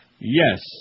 yes